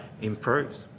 improves